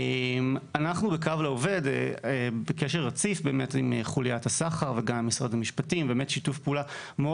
אנחנו עדים לשיתוף פעולה מאוד